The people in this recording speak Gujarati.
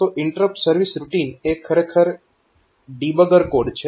તો ઇન્ટરપ્ટ સર્વિસ રૂટીન એ ખરેખર ડીબગર કોડ છે